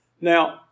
Now